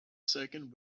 second